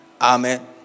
Amen